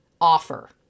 offer